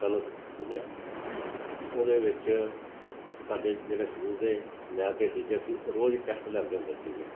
ਗਲਤ ਉਹਦੇ ਵਿੱਚ ਸਾਡੇ ਜਿਹੜੇ ਸਕੂਲ ਦੇ ਮੈਥ ਦੇ ਟੀਚਰ ਸੀ ਉਹ ਰੋਜ਼ ਟੈਸਟ ਲੈਂਦੇ ਹੁੰਦੇ ਸੀਗੇ